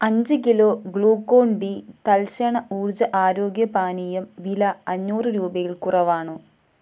അഞ്ച് kilo Glucon D തൽക്ഷണ ഊർജ്ജ ആരോഗ്യ പാനീയം വില അഞ്ഞൂറ് രൂപയിൽ കുറവാണോ